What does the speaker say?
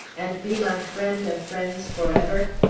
and be my friend of friends forever?